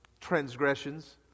transgressions